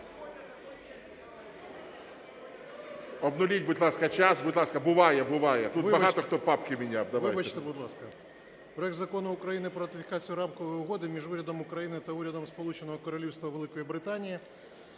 Обнуліть, будь ласка, час. Будь ласка. Буває, буває, тут багато хто папки міняв. 13:50:49 ПОЛІЩУК О.М. Вибачте, будь ласка. Проект Закону України про ратифікацію Рамкової угоди між Урядом України та Урядом Сполученого Королівства Великої Британії